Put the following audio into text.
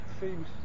seems